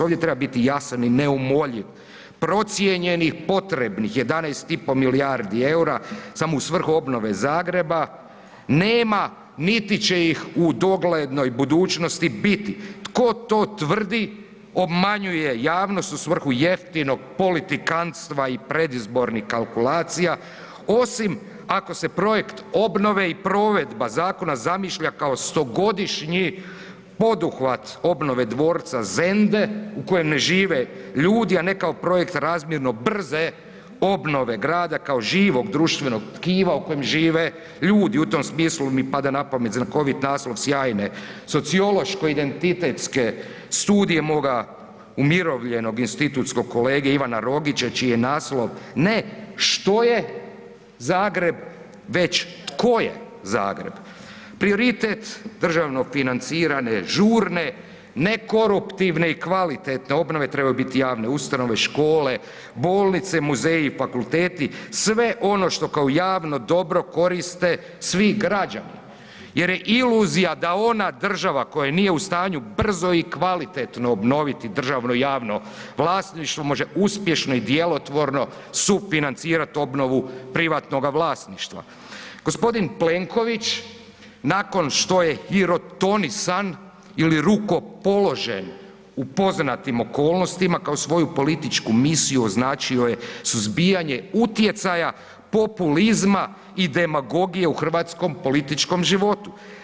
Ovdje mora biti jasan i neumoljiv procijenjenih potrebnih 11,5 milijardi EUR-a samo u svrhu obnove Zagreba, nema niti će ih u doglednoj budućnosti biti, tko to tvrdi obmanjuje javnost u svrhu jeftinog politikanstva i predizbornih kalkulacija osim ako se projekt obnove i provedba zakona zamišlja kao stogodišnji poduhvat obnove dvorca Zende u kojem ne žive ljudi, a ne kao projekt razmjerno brze obnove grada kao živog društvenog tkiva u kojem žive ljudi, u tom smislu mi pada na pamet znakovit naslov sjajne sociološko-identitetske studije moga umirovljenog institutskog kolege Ivana Rogića čiji je naslov ne „što je Zagreb“ već „tko je Zagreb“ prioritet državno financirane žurne ne koruptivne i kvalitetne obnove trebaju biti javne ustanove i škole, bolnice, muzeji i fakulteti, sve ono što kao javno dobro koriste svi građani jer je iluzija da ona država koja nije u stanju brzo i kvalitetno obnoviti državno javno vlasništvo može uspješno i djelotvorno sufinancirat obnovu privatnoga vlasništva. g. Plenković nakon što je hirotonisan ili rukopoložen u poznatim okolnostima kao svoju političku misiju označio je suzbijanje utjecaja populizma i demagogije u hrvatskom političkom životu.